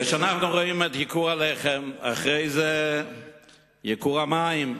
כשנה אנחנו מדברים על ייקור הלחם ולאחר מכן על ייקור המים.